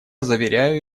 заверяю